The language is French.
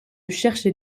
chercher